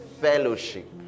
fellowship